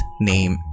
name